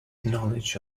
knowledge